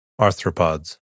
Arthropods